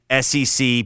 SEC